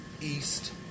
east